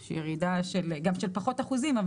יש ירידה גם של פחות אחוזים.